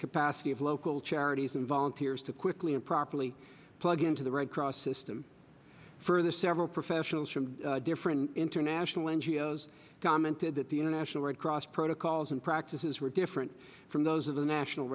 capacity of local charities and volunteers to quickly and properly plug into the red cross system for the several professionals from different international n g o s commented that the international red cross protocols and practices were different from those of the national